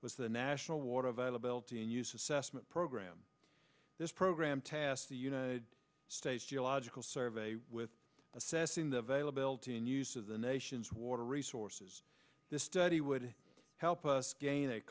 was the national water availability and use assessment program this program task the united states geological survey with assessing the availability and use of the nation's water resources the study would help us gain